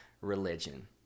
religion